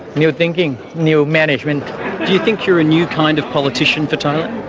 new thinking, new management. do you think you're a new kind of politician for thailand?